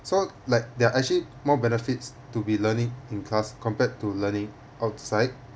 so like there are actually more benefits to be learning in class compared to learning outside